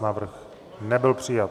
Návrh nebyl přijat.